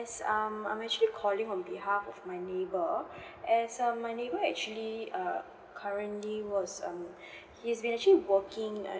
as um I'm actually calling on behalf of my neighbor as um my neighbor actually err currently was um he has mentioned working um